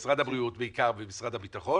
משרד הבריאות בעיקר ומשרד הביטחון